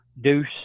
Deuce